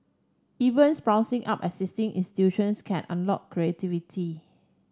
even sprucing up existing institutions can unlock creativity